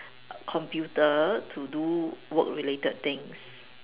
computer to do work related things